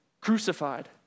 crucified